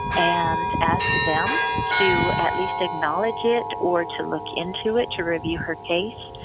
and ask them to at least acknowledge it, or to look into it, to review her case.